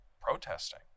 protesting